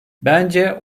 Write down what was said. bence